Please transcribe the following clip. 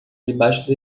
debaixo